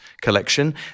collection